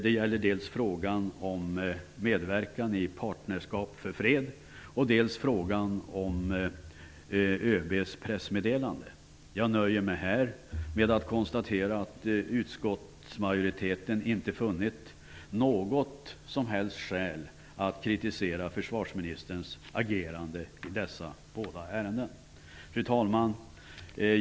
Det gäller dels frågan om medverkan i Partnerskap för fred, dels frågan om ÖB:s pressmeddelande. Jag nöjer mig här med att konstatera att utskottsmajoriteten inte funnnit något som helst skäl att kritisera försvarsministerns agerande i dessa båda ärenden. Fru talman!